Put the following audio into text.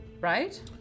Right